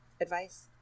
Advice